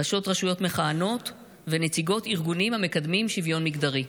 ראשות רשויות מכהנות ונציגות ארגונים המקדמים שוויון מגדרי.